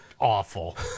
awful